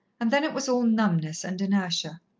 and then it was all numbness and inertia.